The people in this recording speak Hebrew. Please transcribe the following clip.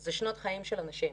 זה שנות חיים של אנשים,